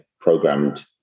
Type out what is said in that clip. programmed